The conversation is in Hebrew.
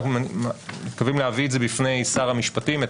אנחנו מתכוונים להביא את זה בפני שר המשפטים,